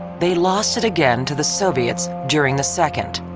they lost it again to the soviets during the second.